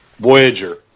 Voyager